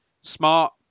smart